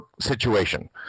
situation